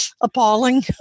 appalling